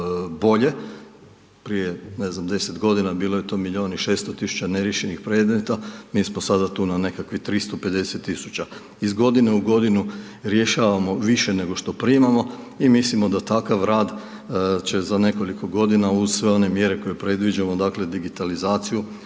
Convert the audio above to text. bolje. Prije, ne znam, 10 godina bilo je to milijun i 600 tisuća neriješenih predmeta, mi smo sada tu na nekakvih 350 tisuća. Iz godine u godinu rješavamo više nego što primamo i mislimo da takav rad će za nekoliko godina uz sve one mjere koje predviđamo, dakle digitalizaciju